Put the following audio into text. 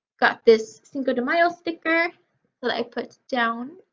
got this cinco de mayo sticker but i put down.